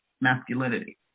masculinity